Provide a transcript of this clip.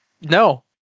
No